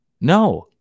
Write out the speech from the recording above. No